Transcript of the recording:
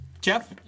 Jeff